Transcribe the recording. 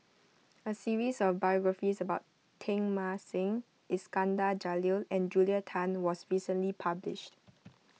a series of biographies about Teng Mah Seng Iskandar Jalil and Julia Tan was recently published